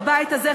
בבית הזה,